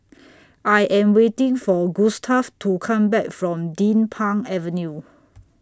I Am waiting For Gustaf to Come Back from Din Pang Avenue